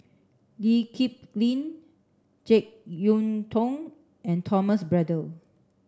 Lee Kip Lin Jek Yeun Thong and Thomas Braddell